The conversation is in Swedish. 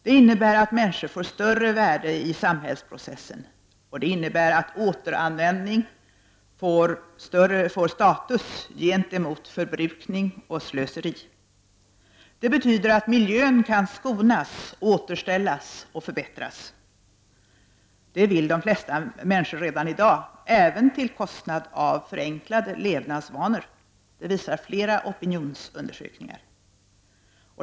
Det innebär att människor får större värde i samhällsprocessen, och det innebär att återanvändning får status gentemot förbrukning och slöseri. Det betyder att miljön kan skonas, återställas och förbättras. Det vill de flesta människor redan i dag, även till priset av förenklade levnadsvanor — det visar flera opinionsundersökningar.